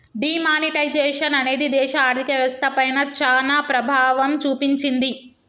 D monetisation అనేది దేశ ఆర్ధిక వ్యవస్థ పైన చానా ప్రభావం చూపించింది